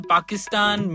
Pakistan